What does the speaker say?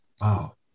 Wow